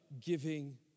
giving